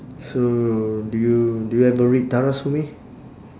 so do you do you ever read tara sue me